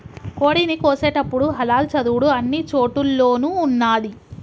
కోడిని కోసేటపుడు హలాల్ చదువుడు అన్ని చోటుల్లోనూ ఉన్నాది